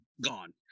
gone